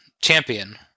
champion